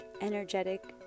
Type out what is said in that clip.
energetic